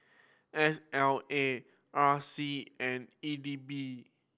S L A R C and E D B